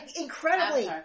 Incredibly